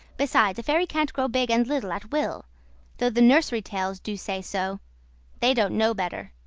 besides, a fairy can't grow big and little at will, though the nursery-tales do say so they don't know better.